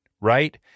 right